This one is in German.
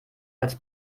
als